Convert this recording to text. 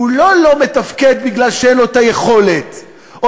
והוא לא לא מתפקד בגלל שאין לו היכולת או